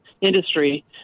industry